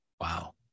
Wow